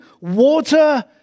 water